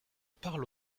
parle